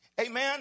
Amen